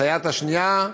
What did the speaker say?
הסייעת השנייה,